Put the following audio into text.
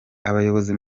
abayobozi